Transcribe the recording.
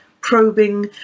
probing